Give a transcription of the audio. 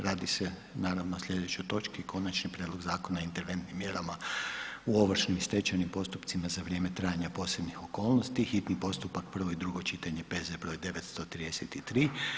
Radi se naravno o slijedećoj točki: - Konačni prijedlog zakona o interventnim mjerama u ovršnim i stečajnim postupcima za vrijeme trajanja posebnih okolnosti, hitni postupak, prvo i drugo čitanje, P.Z. br. 933.